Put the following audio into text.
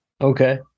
Okay